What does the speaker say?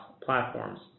platforms